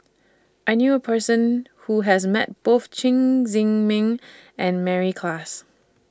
I knew A Person Who has Met Both Chen Zhiming and Mary Klass